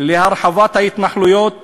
להרחבת ההתנחלויות